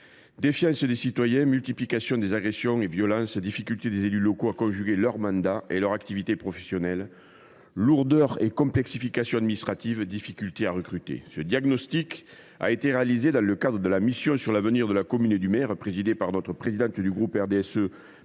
défiance des citoyens, multiplication des agressions et violences, difficultés des élus locaux à conjuguer leur mandat et leurs activités professionnelles, lourdeur et complexité administratives, difficultés à recruter… Ce diagnostic a été établi dans le cadre de la mission d’information sur l’avenir de la commune et du maire en France, qu’a présidée Mme Maryse Carrère, présidente du groupe RDSE,